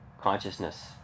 consciousness